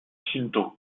shinto